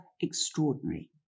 extraordinary